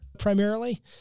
primarily